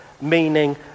meaning